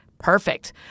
Perfect